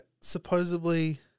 supposedly